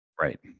Right